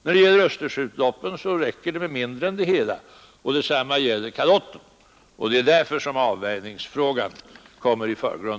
När det gäller Östersjöutloppen räcker det med mindre, och detsamma gäller Kalotten. Det är därför avvärjningsfrågan kommer i förgrunden.